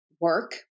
work